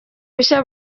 bushya